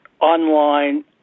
online